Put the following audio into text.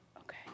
Okay